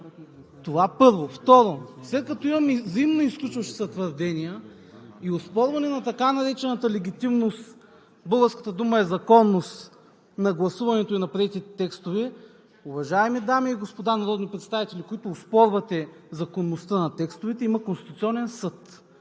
Това, първо. Второ, след като имаме и взаимоизключващи се твърдения и оспорване на така наречената легитимност – българската дума е законност на гласуването и на приетите текстове, уважаеми дами и господа народни представители, които оспорвате законността на текстовете: има Конституционен съд.